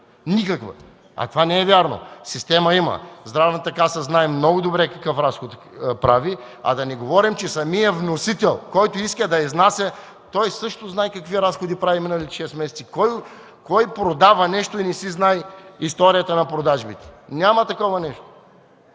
Никаква! А това не е вярно. Система има. Здравната каса знае много добре какъв разход прави, а да не говорим, че самият вносител, който иска да изнася, също знае какви разходи е направил миналите шест месеца. Кой продава нещо и не си знае историята на продажбите?! Няма такова нещо.